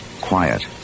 Quiet